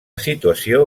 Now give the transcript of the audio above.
situació